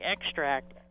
extract